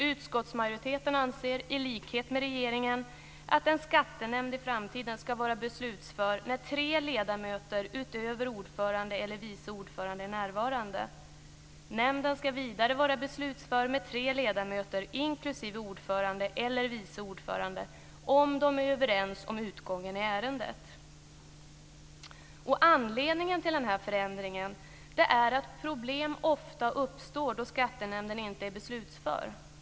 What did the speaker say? Utskottsmajoriteten anser, i likhet med regeringen, att en skattenämnd i framtiden ska vara beslutför när tre ledamöter utöver ordförande eller vice ordförande är närvarande. Nämnden ska vidare vara beslutför med tre ledamöter inklusive ordförande eller vice ordförande om de är överens om utgången i ärendet. Anledningen till förändringen är att problem ofta uppstår då skattenämnden inte är beslutför.